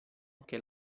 anche